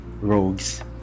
rogues